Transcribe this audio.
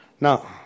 Now